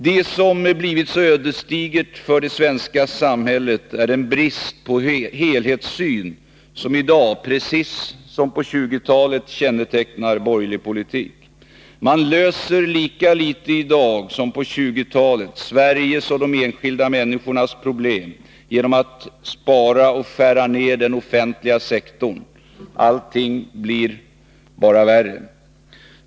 Det som blivit så ödesdigert för det svenska samhället är den brist på helhetssyn som i dag, precis som på 1920-talet, kännetecknar borgerlig politik. Lika litet som på 1920-talet löser man i dag Sveriges och de enskilda människornas problem genom att spara och skära ner den offentliga sektorn. Allting blir bara värre.